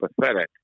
pathetic